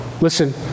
Listen